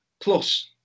Plus